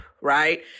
right